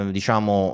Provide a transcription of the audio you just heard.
diciamo